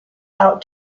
out